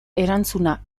erantzuna